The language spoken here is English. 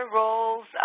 roles